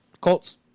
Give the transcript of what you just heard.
Colts